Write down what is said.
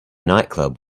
nightclub